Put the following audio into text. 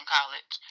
college